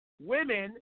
women